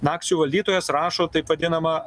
akcijų valdytojas rašo taip vadinamą